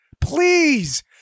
please